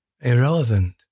irrelevant